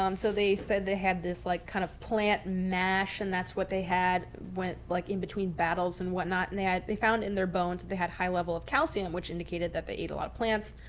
um so they said they had this like kind of plant mash and that's what they had. like in between battles and whatnot. and they had, they found in their bones that they had high level of calcium. which indicated that they ate a lot of plants,